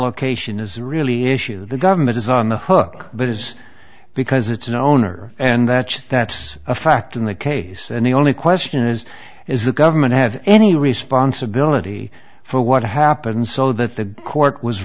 allocation is really issue the government is on the hook but is because it's an owner and that's that's a fact in the case and the only question is is the government have any responsibility for what happened so that the court was